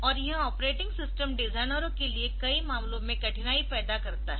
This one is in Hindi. और यह ऑपरेटिंग सिस्टम डिजाइनरों के लिए कई मामलों में कठिनाई पैदा करता है